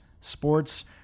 sports